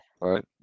right